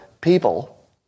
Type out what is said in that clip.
people